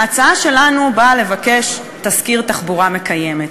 ההצעה שלנו באה לבקש תסקיר תחבורה מקיימת,